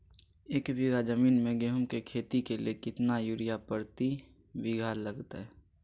एक बिघा जमीन में गेहूं के खेती के लिए कितना यूरिया प्रति बीघा लगतय?